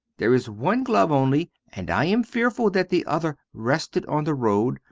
there is one glove only, and i am fearful that the other rested on the road